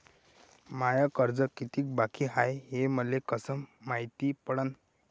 माय कर्ज कितीक बाकी हाय, हे मले कस मायती पडन?